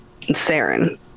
Saren